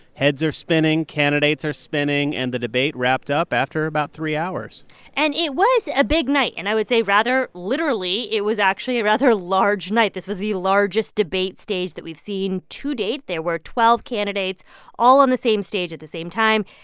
heads are spinning. candidates are spinning. and the debate wrapped up after about three hours and it was a big night. and i would say, rather literally, it was actually a rather large night. this was the largest debate stage that we've seen to date. there were twelve candidates all on the same stage at the same time.